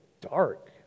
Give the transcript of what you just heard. dark